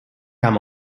kam